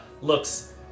looks